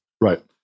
Right